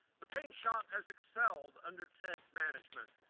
the paint shop has excelled under ted's management.